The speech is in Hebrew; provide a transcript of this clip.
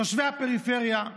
תושבי הפריפריה,